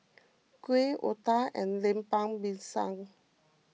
Kuih Otah and Lemper Pisang